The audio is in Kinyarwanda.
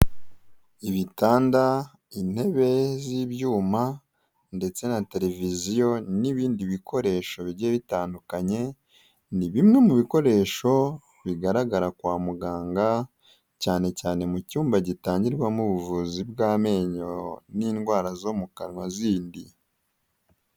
Ibitanda, intebe z'ibyuma ndetse na televiziyo n'ibindi bikoresho bijyiye bitandukanye, ni bimwe mu bikoresho bigaragara kwa muganga cyane cyane mu cyumba gitangirwamo ubuvuzi bw'amenyo n'indwara zo mu kanwa zindi.